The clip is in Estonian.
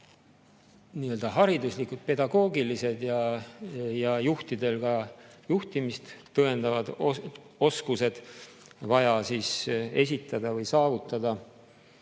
puhul hariduslikud, pedagoogilised ja juhtidel ka juhtimist tõendavad oskused vaja esitada või saavutada,